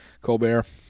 Colbert